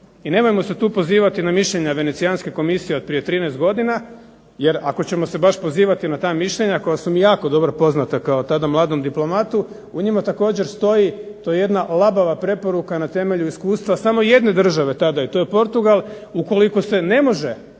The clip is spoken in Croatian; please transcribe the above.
I nemojmo se tu pozivati na mišljenja Venecijanske komisije od prije 13 godina, jer ako ćemo se baš pozivati na ta mišljenja koja su mi jako dobro poznata kao tada mladom diplomatu, u njima također stoji, to je jedna labava preporuka na temelju iskustva samo jedne države tada, a to je Portugal. Ukoliko se ne može